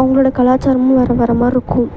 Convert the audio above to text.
அவர்களோட கலாச்சாரமும் வேறு வேறு மாதிரிருக்கும்